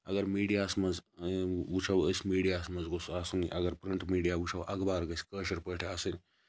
اَگَر میٖڈیاہَس مَنٛز وٕچھو أسۍ میٖڈیاہَس مَنٛز گوٚژھ آسُن اَگَر پرنٹ میٖڈیا وٕچھو اَخبار گژھِ کٲشِر پٲٹھۍ آسٕنۍ